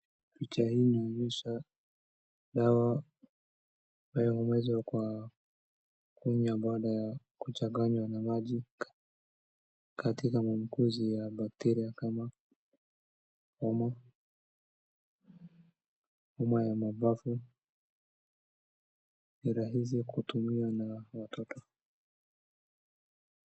Picha hii inaonyesha dawa inayomezwa kwa kunywa baada kuchanganywa na maji katika mankuzi ya bacteria kama homa, homa ya mambavu, ni rahisi kutumiwa na watoto.